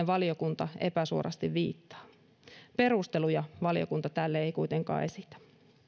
valiokunta epäsuorasti viittaa perusteluja valiokunta tälle ei kuitenkaan esitä